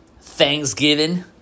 Thanksgiving